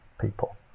people